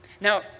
Now